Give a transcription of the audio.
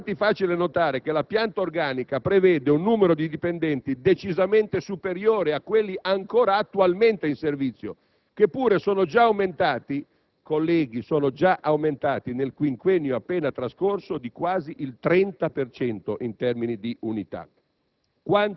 infatti notare che la pianta organica prevede un numero di dipendenti decisamente superiore a quelli ancora attualmente in servizio, che pure sono già aumentati nel quinquennio appena trascorso di quasi il 30 per cento in termini di unità.